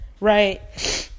right